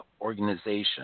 organization